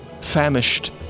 famished